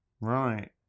Right